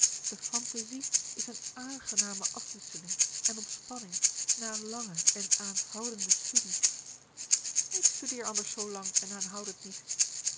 de fantaisie is eene aangename afwisseling en ontspanning na lange en aanhoudende studie ik studeer anders zoo lang en aanhoudend niet